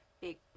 big